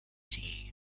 tea